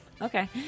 Okay